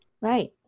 Right